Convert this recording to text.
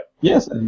Yes